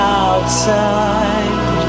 outside